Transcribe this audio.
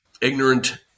ignorant